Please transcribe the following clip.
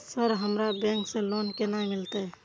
Sir हमरा bank से loan केना मिलते?